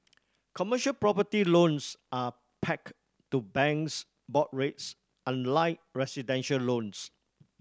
commercial property loans are pack to banks' board rates unlike residential loans